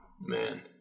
Man